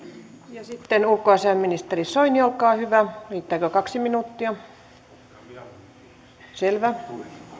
sitten ulkoasiainministeri soini olkaa hyvä riittääkö kaksi minuuttia selvä